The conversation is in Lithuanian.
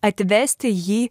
atvesti jį